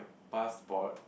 passport